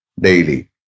daily